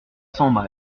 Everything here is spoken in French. cents